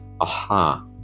Aha